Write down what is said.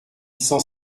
cent